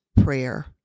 prayer